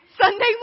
Sunday